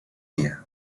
dia